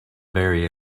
very